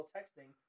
texting